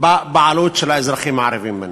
בבעלות של האזרחים הערבים בנגב.